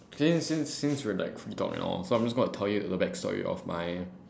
since since since we like we talk and all I'm going to tell you the back story of my